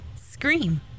Scream